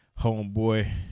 homeboy